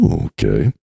Okay